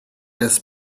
des